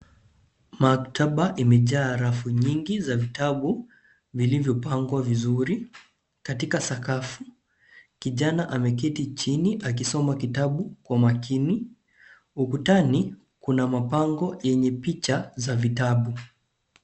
Maktaba imejaa rafu nyingi ya vitabu, vilivyopangwa vizuri kwenye sakafu, kijana ameketi chini, akisoma kitabu, kwa makini. Ukutani, kuna mabango, yenye picha, za vitabu.